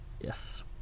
Yes